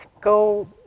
go